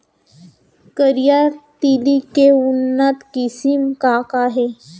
करिया तिलि के उन्नत किसिम का का हे?